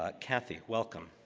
ah kathy, welcome.